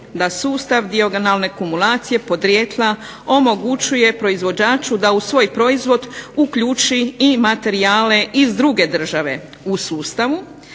da sustav dijagonalne kumulacije podrijetla omogućuje proizvođaču da u svoj proizvod uključi i materijale iz druge države u sustavu